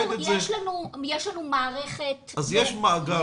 ברור, יש לנו מערכת --- אז יש מאגר?